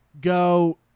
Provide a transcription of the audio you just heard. Go